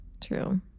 true